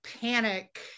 panic